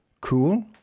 cool